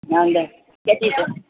ஆ இந்தா கட்டிட்டேன்